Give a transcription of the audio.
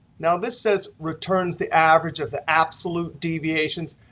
now, this says returns the average of the absolute deviations.